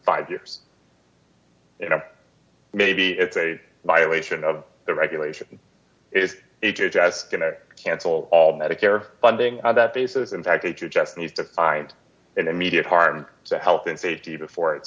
five years you know maybe it's a violation of the regulation is h h s going to cancel all medicare funding on that basis in fact if you just need to find an immediate harm to health and safety before it